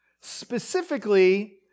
specifically